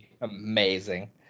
Amazing